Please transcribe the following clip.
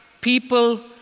people